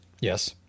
Yes